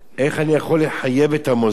איך אני יכול לחייב את המוסדות?